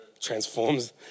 transforms